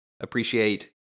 appreciate